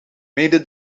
mede